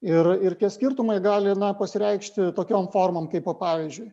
ir ir skirtumai gali pasireikšti tokiom formom kaip pavyzdžiui